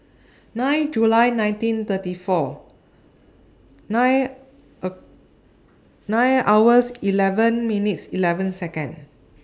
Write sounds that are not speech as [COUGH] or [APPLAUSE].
nine July nineteen thirty four nine [HESITATION] nine hours eleven minutes eleven Seconds